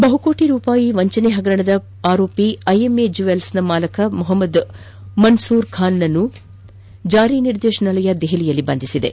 ಬಹುಕೋಟಿ ವಂಚನೆ ಹಗರಣದ ಆರೋಪಿ ಐಎಂಎ ಜ್ಯೂವೆಲ್ಸ್ನ ಮಾಲೀಕ ಮೊಹಮ್ಮದ್ ಮನ್ನಸೂರ್ ಖಾನ್ನನ್ನು ಜಾರಿ ನಿರ್ದೇಶಾಲಯ ದೆಹಲಿಯಲ್ಲಿ ಬಂಧಿಸಿದೆ